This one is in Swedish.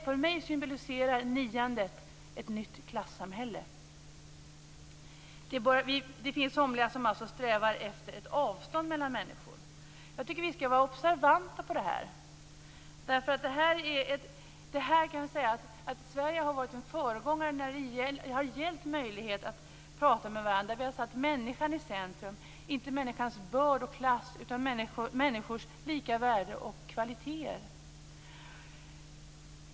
För mig symboliserar niandet ett nytt klassamhälle. Det finns somliga som strävar efter ett avstånd mellan människor. Jag tycker att vi skall vara observanta på detta. Sverige kan sägas ha varit en föregångare när det har gällt möjligheten att tala med varandra. Vi har satt människan i centrum, inte människans börd och klass utan människors lika värde och människors kvaliteter.